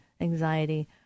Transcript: anxiety